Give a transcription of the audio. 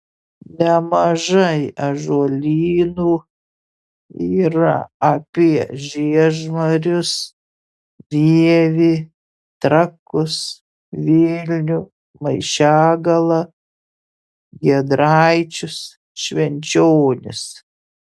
nemažai ąžuolynų yra apie žiežmarius vievį trakus vilnių maišiagalą giedraičius švenčionis